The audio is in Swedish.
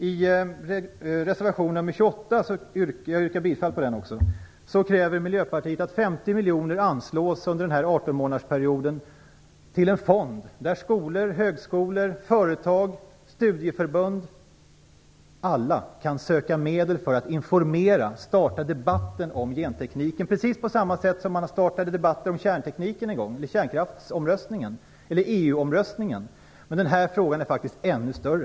I reservation nr 28, vilken jag yrkar bifall till, kräver Miljöpartiet att 50 miljoner kronor anslås under den här 18-månadersperioden till en fond där skolor, högskolor, företag, studieförbund - ja, alla - kan söka medel för att informera och starta debatt om gentekniken, precis på samma sätt som man en gång startade debatten när det gällde kärnkraftsomröstningen eller EU-omröstningen. Men den här frågan är faktiskt ännu större.